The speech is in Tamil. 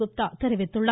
குப்தா தெரிவித்துள்ளார்